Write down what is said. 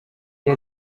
iyo